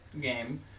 game